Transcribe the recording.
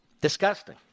Disgusting